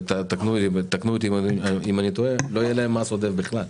ותקנו אותי אם אני טועה למוסכים לא יהיה מס עודף בכלל.